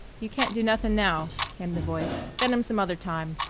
you can't do nothin' now, came the voice. get em some other time.